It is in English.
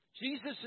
Jesus